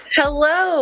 hello